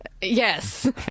yes